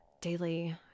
daily